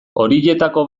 horietako